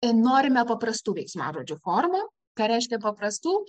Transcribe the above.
norime paprastų veiksmažodžių formų ką reiškia paprastų